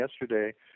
yesterday